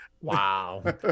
Wow